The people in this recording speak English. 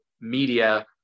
media